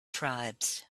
tribes